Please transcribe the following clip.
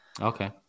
Okay